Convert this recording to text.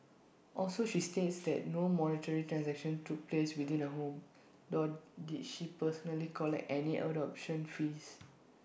also she states that no monetary transactions took place within her home nor did she personally collect any adoption fees